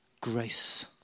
grace